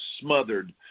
smothered